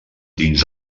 dins